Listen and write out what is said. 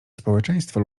społeczeństwo